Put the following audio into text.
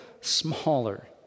smaller